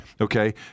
Okay